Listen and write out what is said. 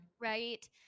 right